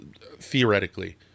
theoretically